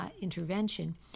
intervention